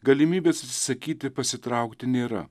galimybės atsisakyti pasitraukti nėra